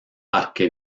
parque